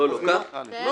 אני